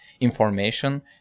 information